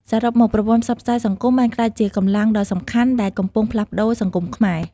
សរុបមកប្រព័ន្ធផ្សព្វផ្សាយសង្គមបានក្លាយជាកម្លាំងដ៏សំខាន់ដែលកំពុងផ្លាស់ប្តូរសង្គមខ្មែរ។